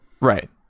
Right